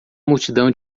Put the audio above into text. multidão